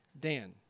Dan